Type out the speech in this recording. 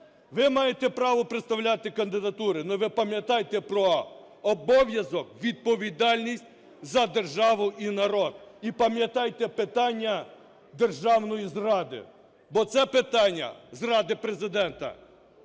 Ви маєте право представляти кандидатури, але ви пам'ятайте про обов'язок, відповідальність за державу і народ. І пам'ятайте питання державної зради, бо це питання – зради Президента